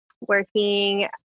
working